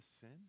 sin